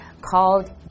called